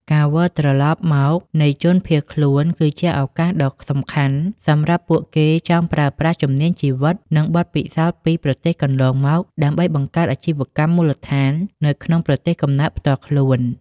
ការវិលត្រឡប់មកនៃជនភៀសខ្លួនគឺជាឱកាសដ៏សំខាន់សម្រាប់ពួកគេចង់ប្រើប្រាស់ជំនាញជីវិត និងបទពិសោធន៍ពីប្រទេសកន្លងមក ដើម្បីបង្កើតអាជីវកម្មមូលដ្ឋាននៅក្នុងប្រទេសកំណើតផ្ទាល់ខ្លួន។